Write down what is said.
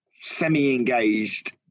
semi-engaged